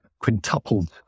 quintupled